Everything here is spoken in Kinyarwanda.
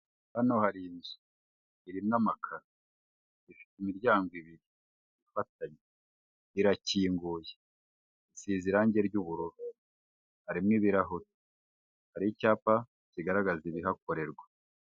Hano hari inzu, irimo amakaro, ifite imiryango ibiri ifatanye, irakinguye, isize irangi ry'ubururu, harimo ibirahuri, hari icyapa kigaragaza ibihakorerwa.